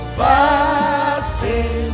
passing